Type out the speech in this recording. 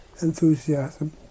enthusiasm